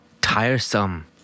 Tiresome